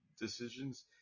decisions